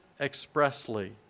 expressly